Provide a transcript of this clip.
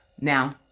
Now